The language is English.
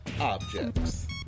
objects